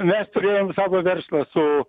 mes turėjom savo verslą su